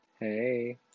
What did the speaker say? Hey